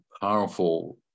powerful